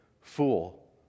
fool